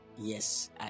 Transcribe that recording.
yes